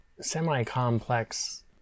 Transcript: semi-complex